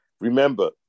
Remember